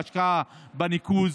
ההשקעה בניקוז,